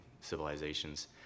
civilizations